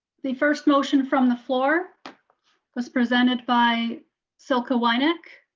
the first motion from the floor was presented by silka wynak.